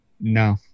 No